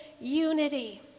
unity